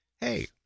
hey